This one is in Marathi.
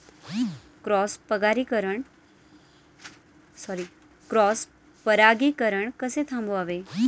क्रॉस परागीकरण कसे थांबवावे?